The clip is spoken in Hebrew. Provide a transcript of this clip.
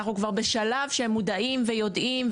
אנחנו כבר בשלב שהם מודעים ויודעים.